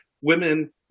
women